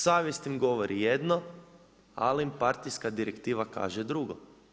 Savjest im govori jedno, ali im partijska direktiva kaže drugo.